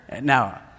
Now